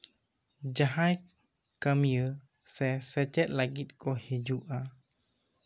ᱡᱟᱦᱟᱸᱭ ᱠᱟᱹᱢᱤᱭᱟᱹ ᱥᱮ ᱥᱮᱪᱮᱫ ᱞᱟ ᱜᱤᱫ ᱠᱚ ᱦᱤᱡᱩᱜᱼᱟ